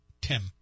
Tim